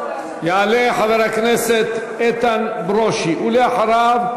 יעלה חבר הכנסת איתן ברושי, ואחריו,